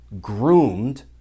groomed